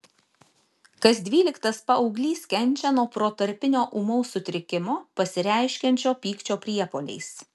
kas dvyliktas paauglys kenčia nuo protarpinio ūmaus sutrikimo pasireiškiančio pykčio priepuoliais